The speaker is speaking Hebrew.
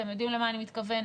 אתם יודעים למה אני מתכוונת.